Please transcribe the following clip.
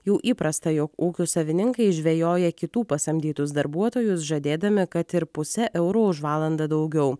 jau įprasta jog ūkių savininkai žvejoja kitų pasamdytus darbuotojus žadėdami kad ir puse euro už valandą daugiau